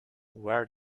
where